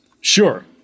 Sure